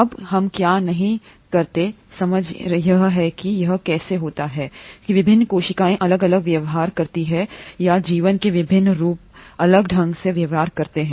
अब हम क्या नहीं करते समझ यह है कि यह कैसे होता है कि विभिन्न कोशिकाएं अलग अलग व्यवहार करती हैं या जीवन के विभिन्न रूप अलग ढंग से व्यवहार करते हैं